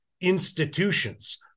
institutions